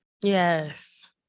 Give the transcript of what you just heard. yes